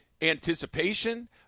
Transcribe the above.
anticipation